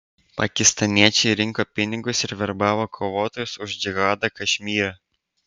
pakistaniečiai rinko pinigus ir verbavo kovotojus už džihadą kašmyre